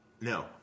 No